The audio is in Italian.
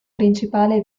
principale